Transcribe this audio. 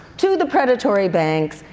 to the predatory banks,